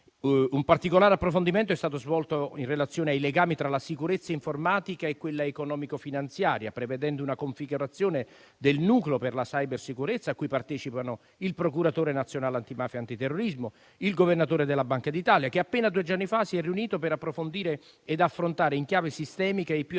Un particolare approfondimento è stato svolto in relazione ai legami tra la sicurezza informatica e quella economico-finanziaria, prevedendo una configurazione del Nucleo per la cybersicurezza, a cui partecipano il procuratore nazionale antimafia e antiterrorismo e il governatore della Banca d'Italia, che appena due giorni fa si è riunito per approfondire ed affrontare in chiave sistemica i più attuali